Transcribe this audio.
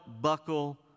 buckle